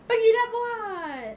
pergi lah buat